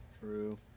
True